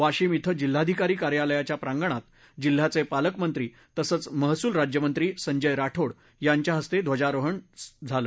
वाशिम क्रिं जिल्हाधिकारी कार्यालयाच्या प्रांगणात जिल्ह्याचे पालकमंत्री तसंच महसूल राज्यमंत्री संजय राठोड याच्या हस्ते ध्वजारोहणाने पार पडला